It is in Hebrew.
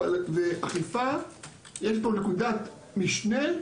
יש פה נקודת משנה,